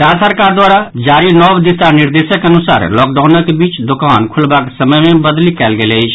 राज्य सरकार द्वारा जारी नव दिशा निर्देशक अनुसार लॉकडाउनक बीच दोकान खुलबाक समय मे बदलि कयल गेल अछि